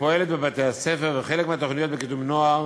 שפועלת בבתי-הספר וחלק מהתוכניות לקידום נוער